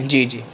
جی جی